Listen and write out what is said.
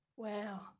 Wow